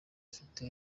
afite